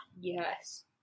Yes